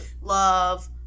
love